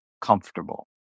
comfortable